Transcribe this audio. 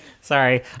sorry